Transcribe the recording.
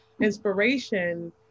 inspiration